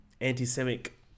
anti-Semitic